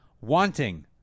wanting